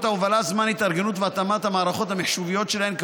ההובלה זמן התארגנות והתאמת המערכות המחשוביות שלהן להוראות החוק,